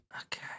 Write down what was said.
Okay